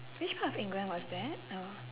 which part of england was that oh